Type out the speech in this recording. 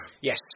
Yes